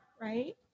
Right